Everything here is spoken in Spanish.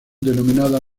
denominada